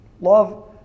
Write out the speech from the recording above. Love